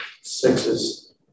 sixes